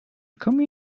come